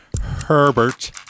Herbert